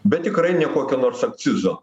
bet tikrai ne kokio nors akcizo